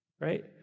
Right